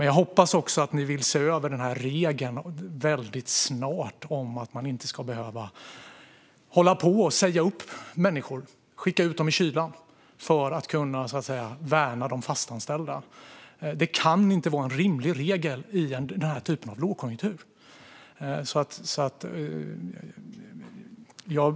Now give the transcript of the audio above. Jag hoppas också att ni snart vill se över regeln om att man inte ska behöva säga upp människor, skicka ut dem i kylan, för att kunna värna de fastanställda. Det kan inte vara en rimlig regel i den här typen av lågkonjunktur.